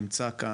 נמצא כאן,